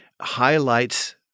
highlights